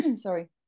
sorry